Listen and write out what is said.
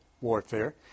warfare